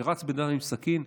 כשרץ בן אדם עם סכין,